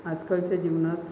आजकालच्या जीवनात